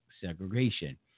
segregation